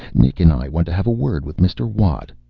nick and i want to have a word with mr. watt.